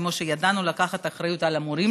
כמו שידענו לקחת על המורים,